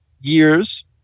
years